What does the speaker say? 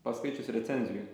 paskaičius recenzijų